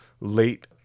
late